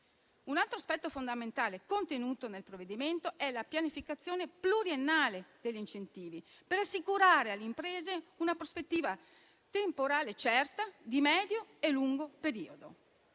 Un altro aspetto fondamentale contenuto nel provvedimento è la pianificazione pluriennale degli incentivi per assicurare alle imprese una prospettiva temporale certa di medio e lungo periodo.